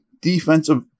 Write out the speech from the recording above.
defensive